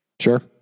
Sure